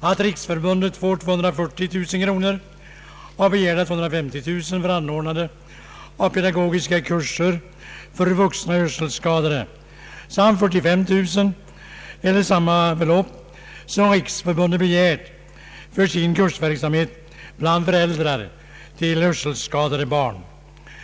att Hörselfrämjandets riksförbund får 240 000 kronor av begärda 250 000 kronor för anordnande av pedagogiska kurser för vuxna hörselskadade samt 45 000 kronor för sin kursverksamhet m.m. bland föräldrar till hörselskadade barn, d. v. s. samma belopp som Riksförbundet be gärt för detta ändamål.